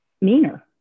meaner